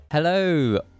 Hello